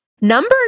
Number